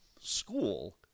school